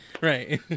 Right